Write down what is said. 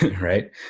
Right